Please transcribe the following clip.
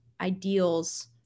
ideals